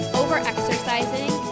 over-exercising